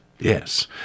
Yes